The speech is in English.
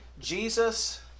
Jesus